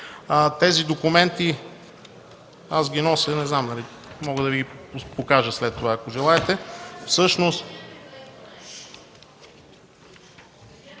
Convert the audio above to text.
Тези документи аз ги нося. Мога да Ви ги покажа след това, ако желаете.